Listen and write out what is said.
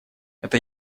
это